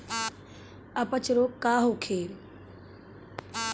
अपच रोग का होखे?